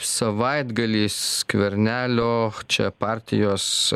savaitgalį skvernelio čia partijos